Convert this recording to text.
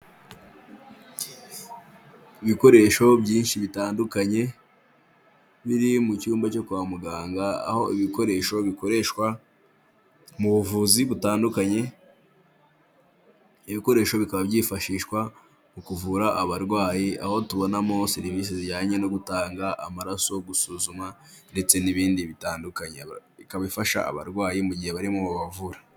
Ibikoresho byinshi bitandukanye biri mu cyumba cyo kwa muganga, aho ibikoresho bikoreshwa mu buvuzi butandukanye. Ibikoresho bikaba byifashishwa mu kuvura abarwayi, aho tubonamo serivisi zijyanye no gutanga amaraso, gusuzuma ndetse n'ibindi bitandukanye. Ikaba ifasha abarwayi mu gihe bari mu babavura.